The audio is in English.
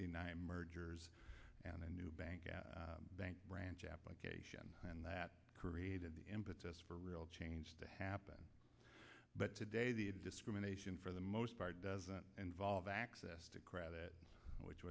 deny mergers and a new bank at bank branch application and that created the impetus for real change to happen but today the discrimination for the most part doesn't involve access to credit which